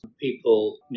People